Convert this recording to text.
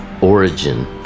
origin